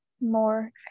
more